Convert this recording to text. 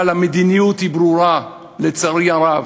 אבל המדיניות ברורה, לצערי הרב.